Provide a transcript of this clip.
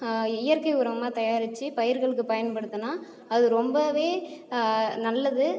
இயற்கை உரமாக தயாரித்து பயிர்களுக்கு பயன்படுத்துனா அது ரொம்பவே நல்லது